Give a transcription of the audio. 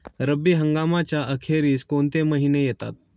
रब्बी हंगामाच्या अखेरीस कोणते महिने येतात?